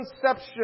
conception